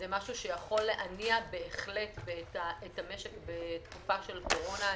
זה משהו שיכול להניע בהחלט את המשק בתקופה של הקורונה.